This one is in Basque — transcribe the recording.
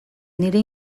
nire